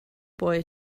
boy